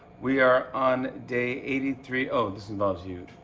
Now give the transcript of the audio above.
we are on day eighty three oh, this involves you,